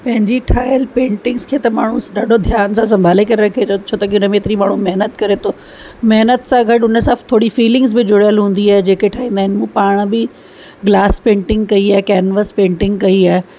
पंहिंजी ठाहियलु पेंटिंग्स खे त माण्हू ॾाढो ध्यान सां संभाले करे रखे थो छो त उन में एतिरी माण्हू महिनत करे थो महिनत सां गॾु उन सां थोरी फीलिंग्स बि जुड़ियलु हूंदी आहे जेके ठाहींदा आहिनि उहे पाण बि ग्लास पेंटिंग कई आहे केनवस पेंटिंग कई आहे